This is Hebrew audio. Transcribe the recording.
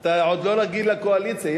אתה עוד לא רגיל לקואליציה.